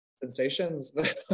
sensations